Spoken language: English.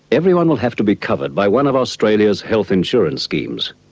everyone will have to be covered by one of australia's health insurance schemes.